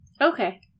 Okay